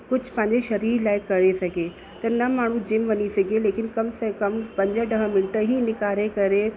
कुझु पंहिंजे सरीर लाइ करे सघे त न माण्हू जिम वञी सघे लेकिनि कमु से कमु पंज ॾह मिंट ही निकारे करे